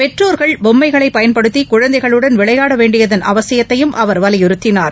பெற்றோர்கள் பொம்மைகளை பயன்படுத்தி குழந்தைகளுடன் விளையாட வேண்டியதன் அவசியத்தையும் அவர் வலியுறத்தினார்